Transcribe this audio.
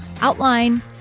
outline